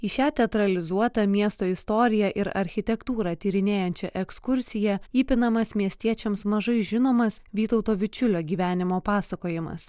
į šią teatralizuotą miesto istoriją ir architektūrą tyrinėjančią ekskursiją įpinamas miestiečiams mažai žinomas vytauto vičiulio gyvenimo pasakojimas